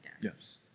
Yes